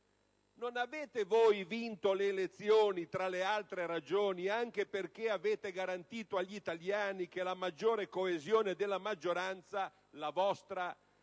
Non avete voi vinto le elezioni, tra le altre ragioni, anche perché avete garantito agli italiani che la maggiore coesione della maggioranza, la vostra,